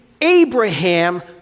Abraham